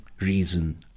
reason